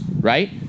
right